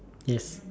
if